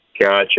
Gotcha